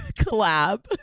collab